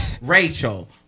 Rachel